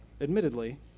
admittedly